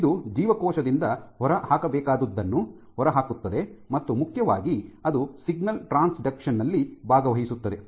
ಇದು ಜೀವಕೋಶದಿಂದ ಹೊರಹಾಕಬೇಕಾದದ್ದನ್ನು ಹೊರಹಾಕುತ್ತದೆ ಮತ್ತು ಮುಖ್ಯವಾಗಿ ಅದು ಸಿಗ್ನಲ್ ಟ್ರಾನ್ಸ್ಡಕ್ಷನ್ ನಲ್ಲಿ ಭಾಗವಹಿಸುತ್ತದೆ